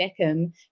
beckham